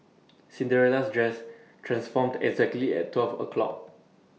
Cinderella's dress transformed exactly at twelve o'clock